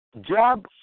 job